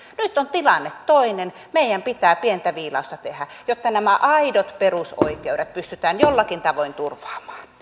nyt on tilanne toinen meidän pitää pientä viilausta tehdä jotta nämä aidot perusoikeudet pystytään jollakin tavoin turvaamaan